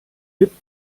wippt